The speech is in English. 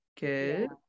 good